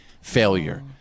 failure